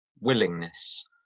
willingness